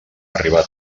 arriba